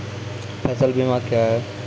फसल बीमा क्या हैं?